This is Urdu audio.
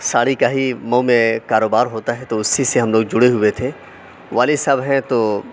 ساڑی کا ہی مئو میں کاروبار ہوتا ہے تو اسی سے ہم لوگ جڑے ہوئے تھے والد صاحب ہیں تو